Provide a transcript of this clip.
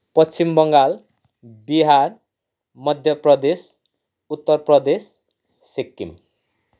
Paschim Bangal Bihar Madhya Pradesh Uttar Pradesh Sikkim